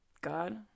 god